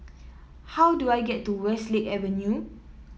how do I get to Westlake Avenue